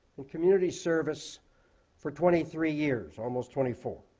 and community service for twenty three years, almost twenty four.